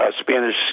Spanish